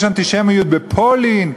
שיש אנטישמיות בפולין,